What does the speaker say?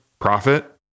profit